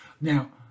Now